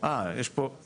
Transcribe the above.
התקנה של